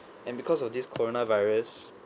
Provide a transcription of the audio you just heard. and because of this corona virus